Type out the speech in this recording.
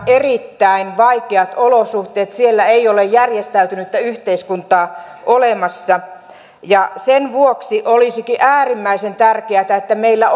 erittäin vaikeat olosuhteet siellä ei ole järjestäytynyttä yhteiskuntaa olemassa sen vuoksi olisikin äärimmäisen tärkeätä että meillä